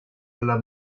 alla